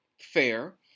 fair